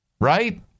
right